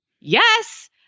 yes